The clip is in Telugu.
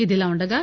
ఇదిలాఉండగా